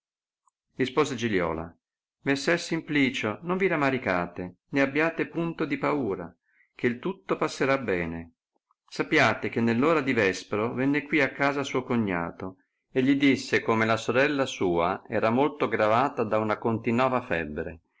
dirmi rispose giliola messer simplicio non vi ramaricate né abbiate punto di paura che tutto passerà bene sapiate che nell ora di vespro venne qui a casa suo cognato e gli disse come la sorella sua era molto gravata da una continova febbre